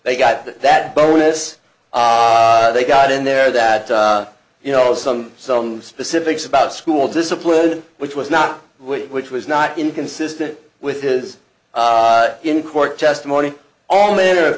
they got that that bonus they got in there that you know some some specifics about school discipline which was not which was not inconsistent with his in court testimony all manner of